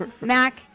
Mac